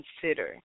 consider